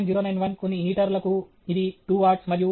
091 కొన్ని హీటర్ లకు ఇది 2 వాట్స్ మరియు